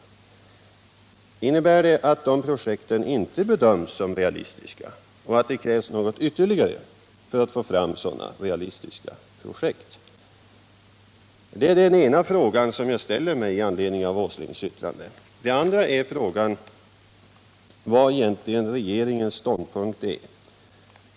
Innebär industriministerns svar i dag att de projekten inte bedöms som realistiska och att det alltså krävs någonting ytterligare för att få fram realistiska projekt? Det är den ena frågan som jag ställer mig i anledning av Nils Åslings uttalande. Min andra fråga är vilken regeringens ståndpunkt egentligen är.